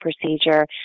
procedure